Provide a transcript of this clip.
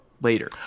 later